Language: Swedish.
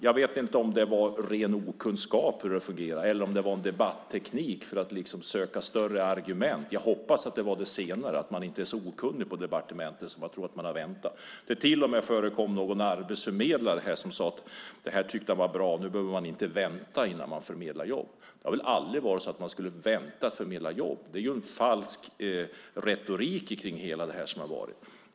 Jag vet inte om det var ren okunskap om hur det fungerar, eller om det var en debatteknik för att liksom söka större argument. Jag hoppas att det var det senare och att människor inte är så okunniga på departementet att de tror att man har väntat. Det förekom till och med någon arbetsförmedlare som sade: Det här var bra, nu behöver man inte vänta innan man förmedlar jobb. Det har väl aldrig varit så att man skulle vänta med att förmedla jobb. Det är en falsk retorik kring hela det här.